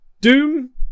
Doom